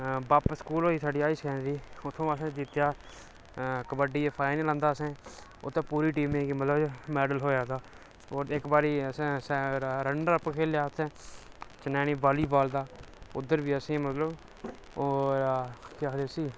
बापिस स्कूल होई साढी हाई स्कैण्ड्री ओह् असैं जितेया ते कबड्डी दा फाईनल आंदा असैं उत्थैं पूरी टीमां मैडल थोआ होर इक बारी असैं रनरअप खेलेआ चनैनी वॉलीबॉल दा उद्धर बी असैं गी मतलव होर